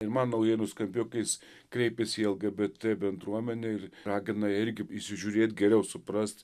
ir man naujai nuskambėjo kai jis kreipėsi į lgbt bendruomenę ir ragino irgi įsižiūrėt geriau suprast